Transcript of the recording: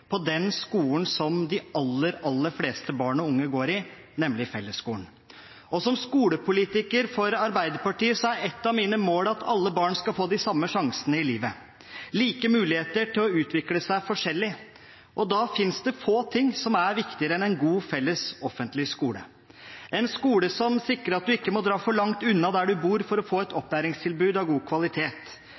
på den skolen som de aller, aller fleste barn og unge går i, nemlig fellesskolen. Som skolepolitiker for Arbeiderpartiet er et av mine mål at alle barn skal få de samme sjansene i livet og like muligheter til å utvikle seg forskjellig, og da er det få ting som er viktigere enn en god, felles offentlig skole – en skole som sikrer at du ikke må dra for langt unna der du bor for å få et opplæringstilbud av god kvalitet,